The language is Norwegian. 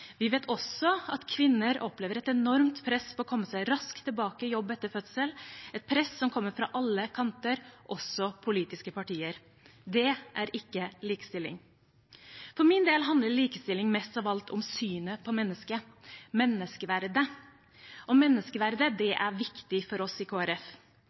Vi vet også at kvinner opplever et enormt press på å komme seg raskt tilbake i jobb etter fødsel, et press som kommer fra alle kanter, også politiske partier. Det er ikke likestilling. For min del handler likestilling mest av alt om synet på mennesket, menneskeverdet. Menneskeverdet er viktig for oss i